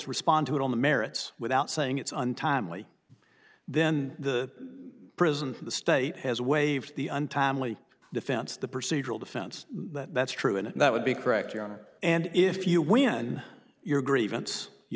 respond to it on the merits without saying it's untimely then the prison the state has waived the untimely defense the procedural defense that's true and that would be correct your honor and if you win your grievance you